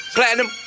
Platinum